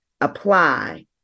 apply